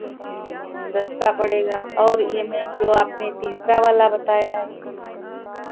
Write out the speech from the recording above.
सस्ता पड़ेगा और ये मैम जो आपने तीसरा वाला बताया है